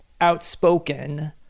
outspoken